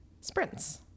Sprints